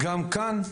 גם כאן,